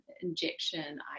injection